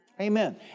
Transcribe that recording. Amen